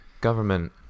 government